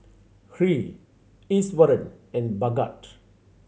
Hri Iswaran and Bhagat